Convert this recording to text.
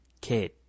kid